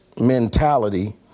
mentality